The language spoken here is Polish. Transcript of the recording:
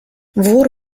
wór